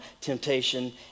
temptation